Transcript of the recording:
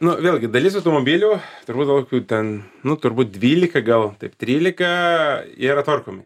nu vėlgi dalis automobilių turbūt kokių ten nu turbūt dvylika gal taip trylika yra tvarkomi